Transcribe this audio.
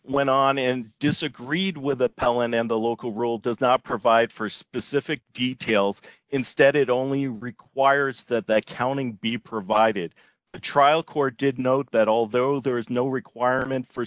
went on and disagreed with appellant and the local rule does not provide for specific details instead it only requires that the counting be provided the trial court did note that although there is no requirement for